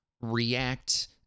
react